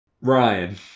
ryan